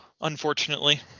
unfortunately